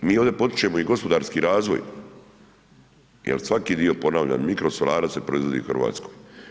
Mi ovdje potičemo i gospodarski razvoj jer svaki do ponavljam mikrosolara se proizvodi u Hrvatskoj.